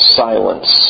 silence